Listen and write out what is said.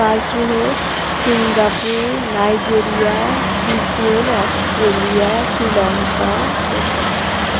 Singapore Nigeria Britain Australia Sri Lanka